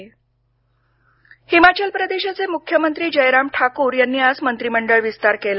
हिमाचल प्रदेश हिमाचल प्रदेशचे मुख्यमंत्री जयराम ठाकूर यांनी आज मंत्रीमंडळ विस्तार केला